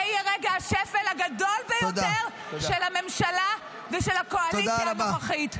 זה יהיה רגע השפל הגדול ביותר של הממשלה ושל הקואליציה הנוכחית.